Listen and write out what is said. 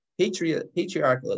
Patriarchalism